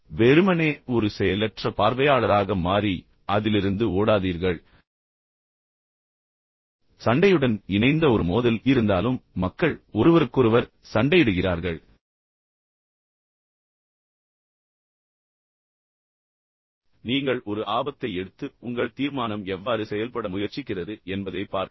வெறுமனே ஒரு செயலற்ற பார்வையாளராக மாறி அதிலிருந்து ஓடாதீர்கள் சண்டையுடன் இணைந்த ஒரு மோதல் இருந்தாலும் மக்கள் ஒருவருக்கொருவர் சண்டையிடுகிறார்கள் நீங்கள் சென்றாலும் கூட எனவே நீங்கள் ஒரு ஆபத்தை எடுத்துக் கொள்ளலாம் பின்னர் உங்கள் தீர்மானம் எவ்வாறு செயல்பட முயற்சிக்கிறது என்பதைப் பார்க்கலாம்